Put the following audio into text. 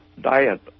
diet